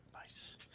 Nice